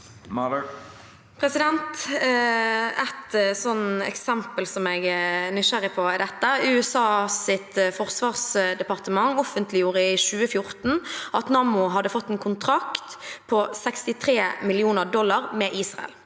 Et sånt eksempel som jeg er nysgjerrig på, er dette: USAs forsvarsdepartement offentliggjorde i 2014 at Nammo hadde fått en kontrakt på 63 mill. dollar med Israel,